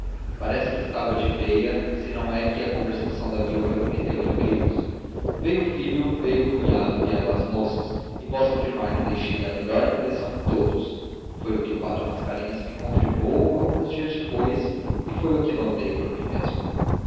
parece que estava de veia se não é que a conversação da viúva me meteu em brios veio o filho veio o cunhado vieram as moças e posso afirmar que deixei a melhor impressão em todos foi o que o padre mascarenhas me confirmou alguns dias depois e foi o que notei por mim mesmo